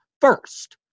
first